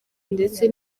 ndetse